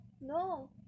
no